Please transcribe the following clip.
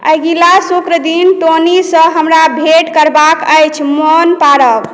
अगिला शुक्र दिन टोनीसँ हमरा भेँट करबाक अछि मोन पाड़ब